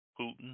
Putin